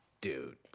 dude